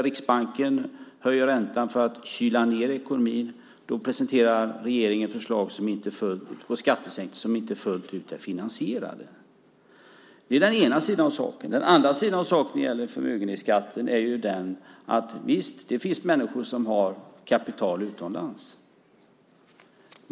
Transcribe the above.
Riksbanken höjer räntan för att kyla ned ekonomin, och då presenterar regeringen förslag på skattesänkningar som inte är fullt ut finansierade. Det är den ena sidan av saken. Den andra sidan av saken som gäller förmögenhetsskatten är att visst finns det människor som har kapital utomlands.